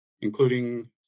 including